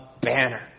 banner